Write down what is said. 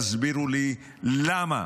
תסבירו לי למה